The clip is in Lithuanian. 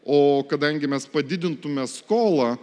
o kadangi mes padidintume skolą